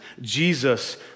Jesus